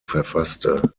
verfasste